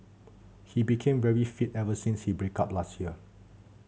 he became very fit ever since his break up last year